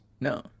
No